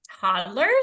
toddlers